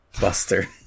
Buster